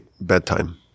bedtime